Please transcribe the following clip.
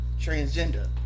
Transgender